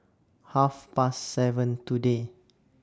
Half Past seven today